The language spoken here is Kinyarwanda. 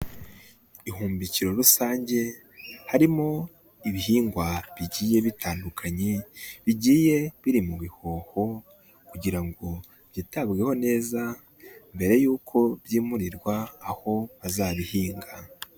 Ihumbikiro rusange harimo ibihingwa bigiye bitandukanye, bigiye biri mu bihoho kugira ngo byitabweho neza mbere yuko byimurirwa aho bazabihinga.